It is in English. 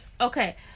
Okay